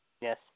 Yes